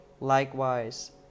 Likewise